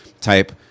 type